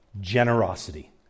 generosity